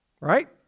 right